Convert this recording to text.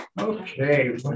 Okay